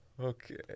Okay